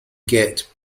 get